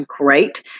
great